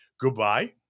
goodbye